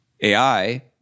AI